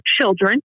children